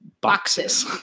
boxes